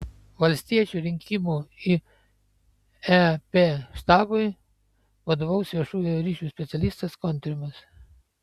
valstiečių rinkimų į ep štabui vadovaus viešųjų ryšių specialistas kontrimas